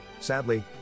Sadly